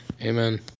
Amen